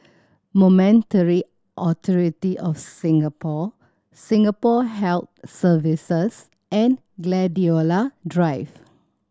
Monetary Authority Of Singapore Singapore Health Services and Gladiola Drive